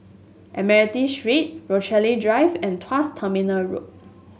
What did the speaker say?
Admiralty Street Rochalie Drive and Tuas Terminal Road